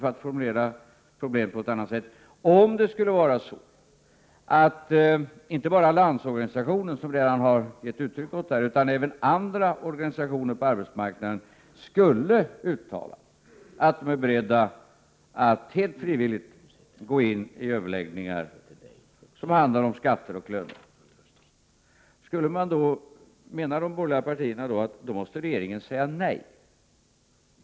För att formulera problemet på annat sätt: Om inte bara Landsorganisationen, som redan gett uttryck åt detta, utan även andra organisationer på arbetsmarknaden skulle uttala att de nu är beredda att helt frivilligt gå in i överläggningar som handlar om skatter och löner, menar de borgerliga partierna då att regeringen måste säga nej?